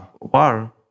War